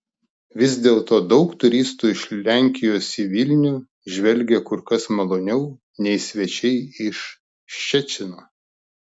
vis dėlto daug turistų iš lenkijos į vilnių žvelgia kur kas maloniau nei svečiai iš ščecino